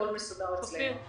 הכול מסודר אצלנו.